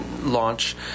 launch